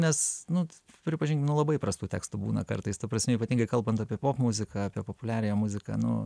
nes nu pripažinkim nu labai prastų tekstų būna kartais ta prasme ypatingai kalbant apie popmuziką apie populiariąją muziką nu